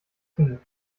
genügt